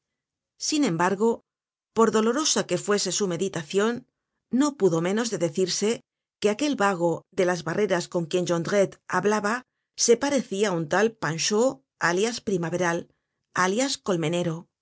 sin embargo por dolorosa que fuese su meditacion no pudo menos de decirse que aquel vago de las barreras con quien jondrette hablaba se parecia á un tal panchaud alias primaveral alias colmenero